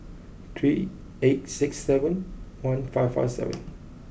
three eight six seven one five five seven